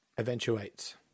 eventuates